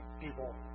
people